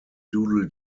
doodle